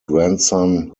grandson